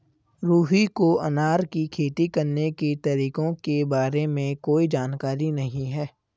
रुहि को अनार की खेती करने के तरीकों के बारे में कोई जानकारी नहीं है